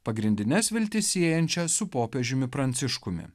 pagrindines viltis siejančią su popiežiumi pranciškumi